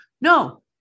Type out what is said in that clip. No